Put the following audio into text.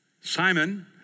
Simon